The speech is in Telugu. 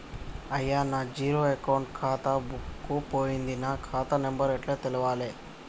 అయ్యా నా జీరో అకౌంట్ ఖాతా బుక్కు పోయింది నా ఖాతా నెంబరు ఎట్ల తెలవాలే?